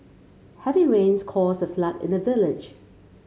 heavy rains caused a flood in the village